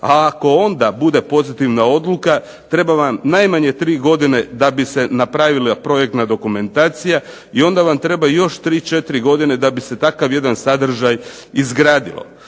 a ako onda bude pozitivna odluka treba vam najmanje tri godine da bi se napravila projektna dokumentacija i onda vam treba još tri, četiri godine da bi se takav jedan sadržaj izgradio.